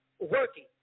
working